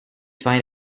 find